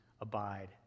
abide